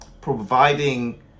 providing